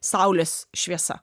saulės šviesa